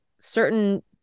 certain